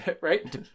Right